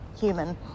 human